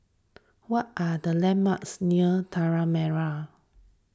what are the landmarks near Tanah Merah